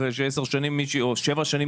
אחרי ששבע שנים מישהו מטפלת,